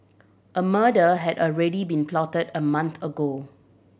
a murder had already been plotted a month ago